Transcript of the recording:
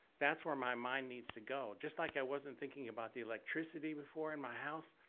that's where my mind needs to go. just like i wasn't thinking about the electricity before in my house,